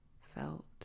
felt